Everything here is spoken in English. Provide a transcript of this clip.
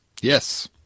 Yes